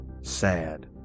Sad